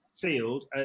field